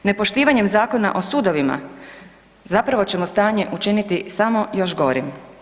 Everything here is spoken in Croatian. Nepoštivanjem Zakona o sudovima zapravo ćemo stanje učiniti samo još gorim.